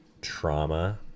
trauma